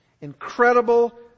Incredible